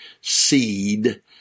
seed